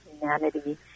humanity